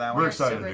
um we're excited like